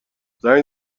زنگ